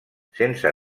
sense